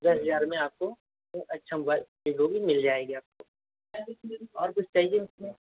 दस हज़ार में आपको तो अच्छा मोबाइल विवो की मिल जाएगी आपको और कुछ चाहिए उसमें